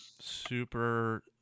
super